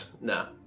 No